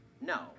no